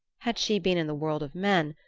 had she been in the world of men,